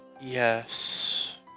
yes